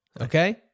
Okay